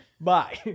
Bye